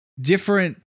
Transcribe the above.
different